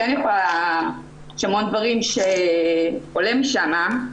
המון דברים עולים משם למשל,